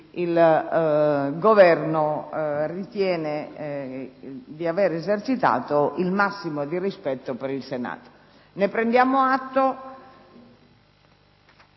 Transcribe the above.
il Governo ritiene di aver esercitato il massimo rispetto per il Senato. Ne prendiamo atto.